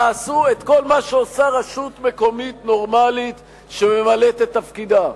תעשו את כל מה שעושה רשות מקומית נורמלית שממלאת את תפקידה.